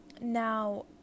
now